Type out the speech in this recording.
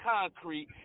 concrete